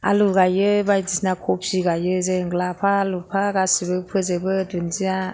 आलु गायो बायदिसिना खफि गायो जों लाफा लुफा गासिबो फोजोबो दुनदिया